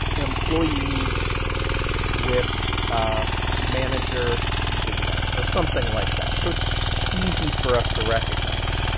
employees with ah manager data or something like that. so it's easy for us to recognize.